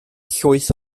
llwyth